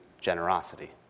generosity